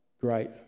great